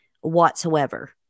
whatsoever